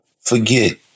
forget